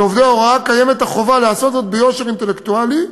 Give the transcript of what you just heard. על עובדי ההוראה קיימת החובה לעשות זאת ביושר אינטלקטואלי,